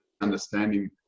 understanding